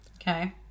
Okay